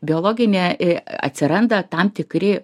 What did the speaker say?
biologinė i atsiranda tam tikri